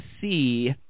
see